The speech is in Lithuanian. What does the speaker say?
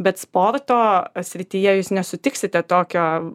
bet sporto srityje jūs nesutiksite tokio